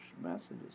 messages